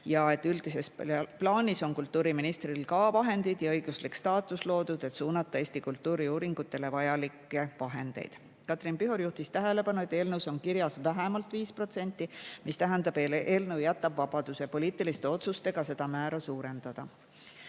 ja et üldises plaanis on kultuuriministril ka vahendid ja õiguslik staatus loodud, et suunata Eesti kultuuriuuringuteks vajalikke vahendeid. Katrin Pihor juhtis tähelepanu, et eelnõus on kirjas "vähemalt 5%", mis tähendab, et eelnõu jätab vabaduse poliitiliste otsustega seda määra suurendada. Jaak